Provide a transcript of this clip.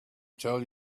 tell